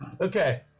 okay